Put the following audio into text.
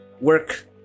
work